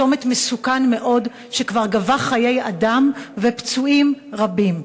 צומת מסוכן מאוד, שכבר גבה חיי אדם ופצועים רבים.